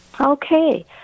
Okay